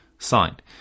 signed